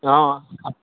অ